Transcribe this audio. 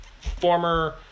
former